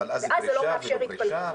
ואז זה לא מאפשר התפלגות.